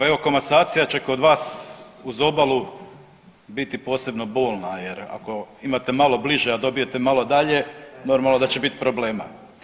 Pa evo komasacija će kod vas uz obalu biti posebno bolna jer ako imate malo bliže, a dobijete malo dalje normalno da će bit problema.